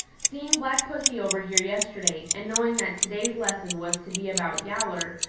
seeing black pussy over here yesterday, and knowing that to-day's lesson was to be about yowler,